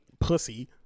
pussy